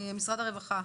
משרד הרווחה